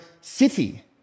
city